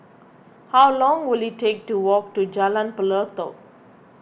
how long will it take to walk to Jalan Pelatok